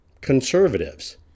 conservatives